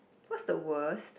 what's the worst